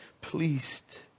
pleased